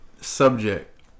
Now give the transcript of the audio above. subject